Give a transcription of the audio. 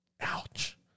Ouch